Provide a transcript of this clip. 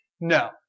no